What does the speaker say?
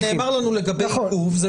זה נאמר לנו לגבי עיכוב,